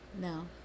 No